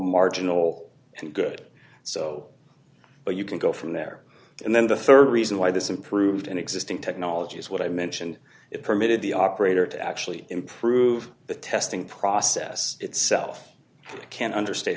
marginal all good so but you can go from there and then the rd reason why this improved an existing technology is what i mentioned it permitted the operator to actually improve the testing process itself can't understa